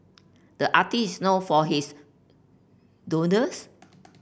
the artist is known for his doodles